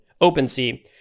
OpenSea